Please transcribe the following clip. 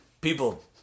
people